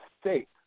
state